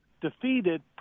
defeated